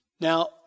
Now